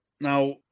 Now